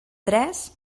tres